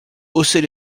haussait